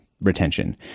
retention